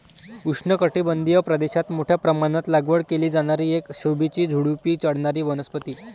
उष्णकटिबंधीय प्रदेशात मोठ्या प्रमाणात लागवड केली जाणारी एक शोभेची झुडुपी चढणारी वनस्पती